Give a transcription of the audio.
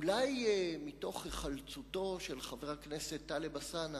אולי מתוך היחלצותו של חבר הכנסת טלב אלסאנע